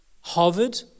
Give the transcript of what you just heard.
hovered